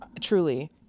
truly